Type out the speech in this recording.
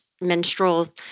menstrual